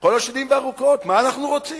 לכל השדים והרוחות, מה אנחנו רוצים?